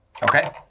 Okay